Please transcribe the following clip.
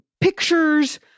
pictures